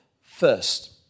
First